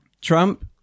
Trump